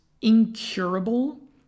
incurable